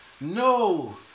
No